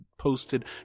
Posted